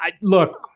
Look